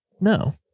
no